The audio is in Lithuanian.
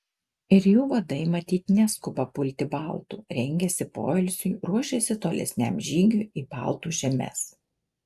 ir jų vadai matyt neskuba pulti baltų rengiasi poilsiui ruošiasi tolesniam žygiui į baltų žemes